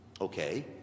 Okay